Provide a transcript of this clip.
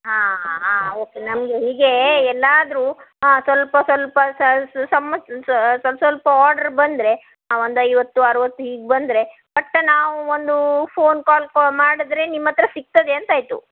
ಆಂ ಹಾಂ ಹಾಂ ಓಕೆ ನಮಗೆ ಹೀಗೇ ಎಲ್ಲಾದರೂ ಸ್ವಲ್ಪ ಸ್ವಲ್ಪ ಸಸ್ವಲ್ಪ ಆರ್ಡ್ರು ಬಂದರೆ ಒಂದು ಐವತ್ತು ಅರುವತ್ತು ಹೀಗೆ ಬಂದರೆ ಪಟ್ಟನೆ ನಾವು ಒಂದು ಫೋನ್ ಕಾಲ್ ಕೊ ಮಾಡಿದ್ರೆ ನಿಮ್ಮ ಹತ್ತಿರ ಸಿಗ್ತದೆ ಅಂತಾಯಿತು